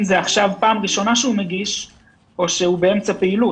זו עכשיו פעם ראשונה שהוא מגיש או שהוא באמצע פעילות.